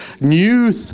new